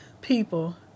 people